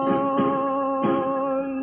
on